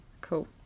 cool